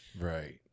Right